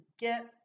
get